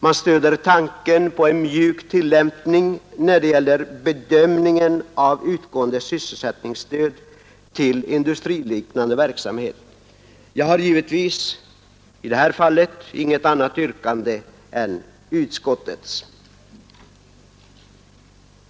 Man stöder tanken på en mjuk tillämpning när det gäller bedömningen av utgående sysselsättningsstöd till industriliknande verksamhet. Jag har givetvis i det här fallet inget annat yrkande än utskottets.